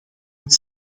het